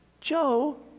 Joe